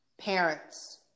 parents